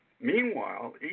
Meanwhile